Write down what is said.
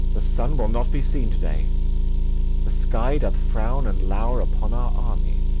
the sun will not be seen to-day the sky doth frown and lower upon our army.